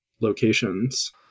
locations